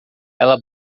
ela